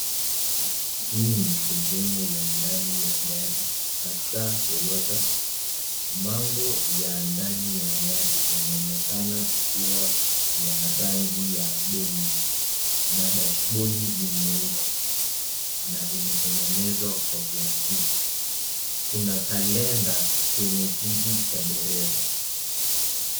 Hii ni sehemu ya ndani ya gari, hasa Toyota. Mambo ya ndani ya gari yanaonekana kuwa ya rangi ya beige na dashibodi ni nyeusi na imetengenezwa kwa plastiki. Kuna kalenda kwenye kiti cha dereva.